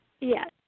Yes